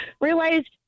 Realized